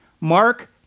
Mark